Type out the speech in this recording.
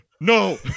no